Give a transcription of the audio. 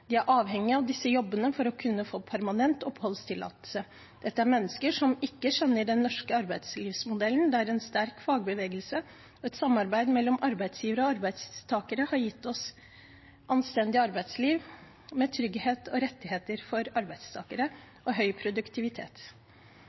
De er avhengig av disse jobbene for å kunne få permanent oppholdstillatelse. Dette er mennesker som ikke kjenner den norske arbeidslivsmodellen, der en sterk fagbevegelse og et samarbeid mellom arbeidsgivere og arbeidstakere har gitt oss et anstendig arbeidsliv med trygghet og rettigheter for arbeidstakere og høy produktivitet.